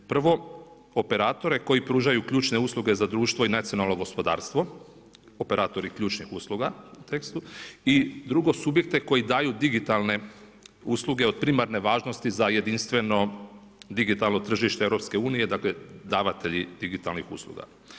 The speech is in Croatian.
Prvo operatore koji pružaju ključne usluge za društvo i nacionalno gospodarstvo, operatori ključnih usluga u tekstu i drugo, subjekte koji daju digitalne usluge od primarne važnosti za jedinstveno digitalno tržište EU-a, dakle davatelji digitalnih usluga.